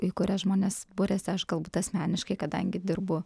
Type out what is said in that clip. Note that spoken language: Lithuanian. į kurias žmonės buriasi aš galbūt asmeniškai kadangi dirbu